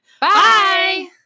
Bye